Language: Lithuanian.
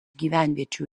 gyvenviečių